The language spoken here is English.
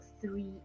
three